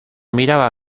miraba